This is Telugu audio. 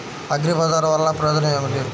అగ్రిబజార్ వల్లన ప్రయోజనం ఏమిటీ?